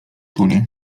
tuli